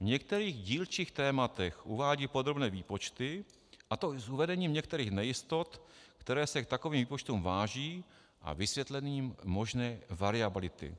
V některých dílčích tématech uvádí podrobné výpočty, a to i s uvedením některých nejistot, které se k takovým výpočtům váží, a vysvětlením možné variability.